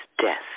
death